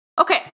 Okay